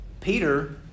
Peter